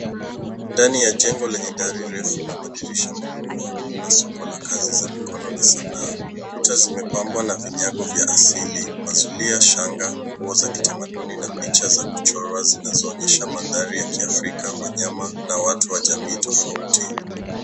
Ndani ya jengo lenye dari refu na madirisha makubwa kuna soko la kazi za mikono na sanaa. Kuta zimepambwa na vinyago vya asili mazulia, shanga, nguo za kitamaduni na picha za kuchorwa zinazoonyesha mandhari ya kiafrika, wanyama na watu wa jamii tofauti.